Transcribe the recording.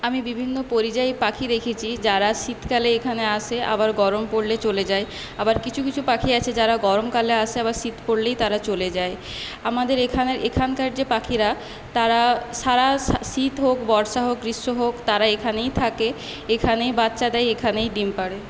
আমি বিভিন্ন পরিযায়ী পাখি দেখেছি যারা শীতকালে এখানে আসে আবার গরম পড়লে চলে যায় আবার কিছু কিছু পাখি আছে যারা গরম কালে আসে আবার শীত পড়লেই তার চলে যায় আমাদের এখানের এখানকার যে পাখিরা তারা সারা শীত হোক বর্ষ হোক গ্রীষ্ম হোক তারা এখানেই থাকে এখানেই বাচ্চা দেয় এখানেই ডিম পাড়ে